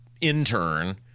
intern